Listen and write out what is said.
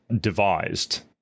devised